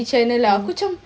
channel